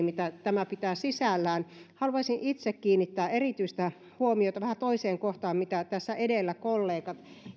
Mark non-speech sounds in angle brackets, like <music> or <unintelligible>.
<unintelligible> mitä tämä pitää sisällään haluaisin itse kiinnittää erityistä huomiota vähän toiseen kohtaan kuin mihin tässä edellä kollegat